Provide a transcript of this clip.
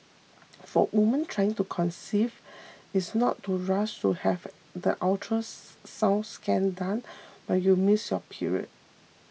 for woman trying to conceive is not to rush to have the ultrasound scan done when you miss your period